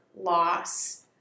loss